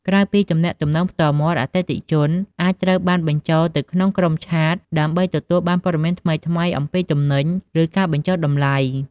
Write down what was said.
ក្រៅពីទំនាក់ទំនងផ្ទាល់មាត់ អតិថិជនអាចត្រូវបានបញ្ចូលទៅក្នុងក្រុមឆាត ដើម្បីទទួលបានព័ត៌មានថ្មីៗអំពីទំនិញ ឬការបញ្ចុះតម្លៃ។